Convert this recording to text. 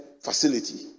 facility